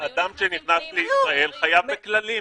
אדם שנכנס לישראל חייב בכללים.